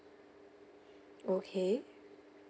okay